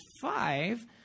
five